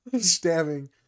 stabbing